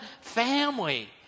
family